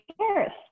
Paris